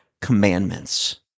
commandments